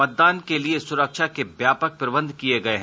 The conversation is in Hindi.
मतदान के लिये सुरक्षा के व्यापक प्रबन्ध किये गए हैं